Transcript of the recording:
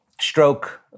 Stroke